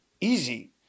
easy